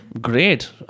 great